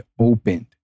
opened